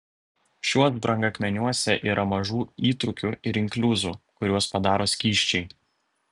šiuos brangakmeniuose yra mažų įtrūkių ir inkliuzų kuriuos padaro skysčiai